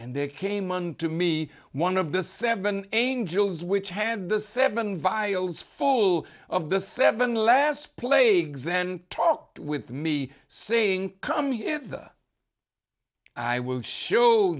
and they came unto me one of the seven angels which had the seven vials full of the seven last plague zahn talked with me saying come hither i will show